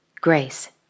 GRACE